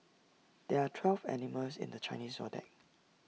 there are twelve animals in the Chinese Zodiac